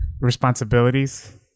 responsibilities